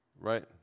Right